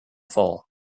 fall